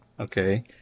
Okay